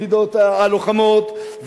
ולא לוותר על היחידות הלוחמות,